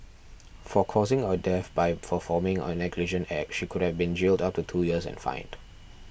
for causing a death by performing a negligent act she could have been jailed up to two years and fined